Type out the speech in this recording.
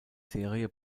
serie